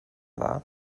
dda